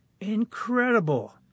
Incredible